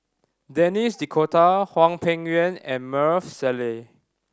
Denis D'Cotta Hwang Peng Yuan and Maarof Salleh